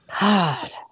God